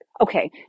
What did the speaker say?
okay